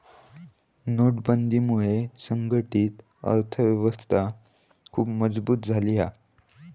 नोटबंदीमुळा संघटीत अर्थ व्यवस्था खुप मजबुत झाली हा